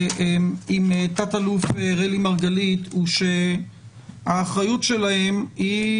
עם תא"ל רלי מרגלית הוא שהאחריות שלהם היא